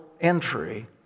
entry